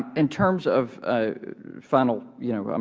in terms of final, you know, um